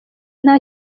nta